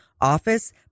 office